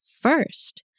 first